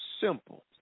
simple